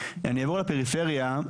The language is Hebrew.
אני אעבור לפריפריה.